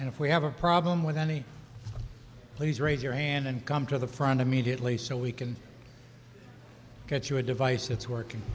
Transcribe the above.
and if we have a problem with any please raise your hand and come to the front immediately so we can get you a device it's working